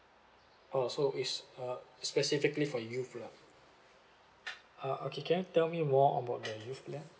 orh so it's uh specifically for youth lah uh okay can you tell me more about the youth plan